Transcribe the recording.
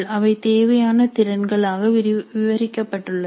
அவை தேவையான திறன்கள் ஆக விவரிக்கப்பட்டுள்ளது